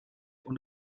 und